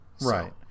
right